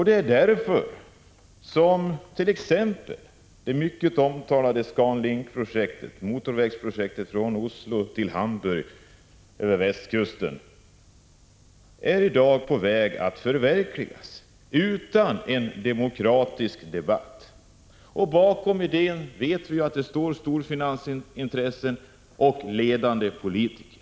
Det är därför som t.ex. det mycket omtalade ScanLink-projektet, med en motorväg från Oslo till Hamburg över västkusten, i dag är på väg att förverkligas utan en demokratisk debatt. Vi vet att bakom idén står storfinansens intressen och ledande politiker.